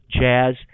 jazz